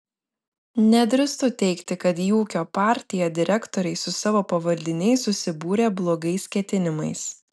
nedrįstu teigti kad į ūkio partiją direktoriai su savo pavaldiniais susibūrė blogais ketinimais